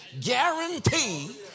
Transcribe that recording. guarantee